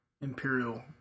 Imperial